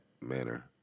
manner